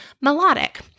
melodic